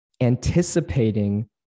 anticipating